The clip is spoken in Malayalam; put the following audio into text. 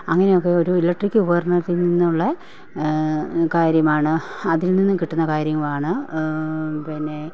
അങ്ങനെയൊക്കെ ഒരു ഇലക്ട്രിക്ക് ഉപകരണത്തിൽ നിന്നുള്ള കാര്യമാണ് അതിൽ നിന്നും കിട്ടുന്ന കാര്യങ്ങളാണ് പിന്നെ